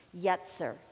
Yetzer